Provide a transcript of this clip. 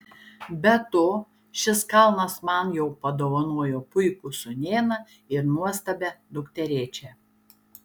be to šis kalnas man jau padovanojo puikų sūnėną ir nuostabią dukterėčią